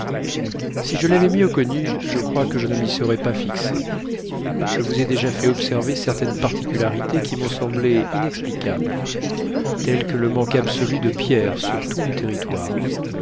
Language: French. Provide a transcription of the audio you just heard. si je l'avais mieux connu je crois que je ne m'y serais pas fixé je vous ai déjà fait observer certaines particularités qui m'ont semblé inexplicables telles que le manque absolu de pierres sur tout le territoire